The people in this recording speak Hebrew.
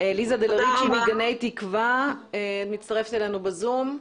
דלריצ'ה מגני תקווה שמצטרפת אלינו ב-זום.